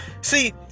See